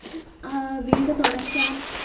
വീട് തുടയ്ക്കാൻ